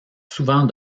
souvent